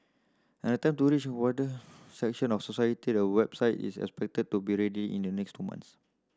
and tend to reach a wider section of society a website is expected to be ready in the next two month